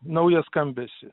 naują skambesį